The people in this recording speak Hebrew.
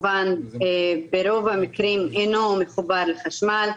שברוב המקרים אינו מחובר לחשמל.